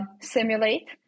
simulate